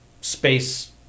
space